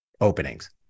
openings